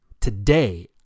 today